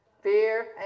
Fear